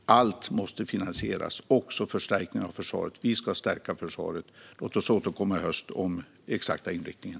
Allt måste finansieras, också förstärkningar av försvaret. Vi ska stärka försvaret. Låt oss återkomma i höst om den exakta inriktningen.